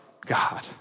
God